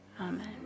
amen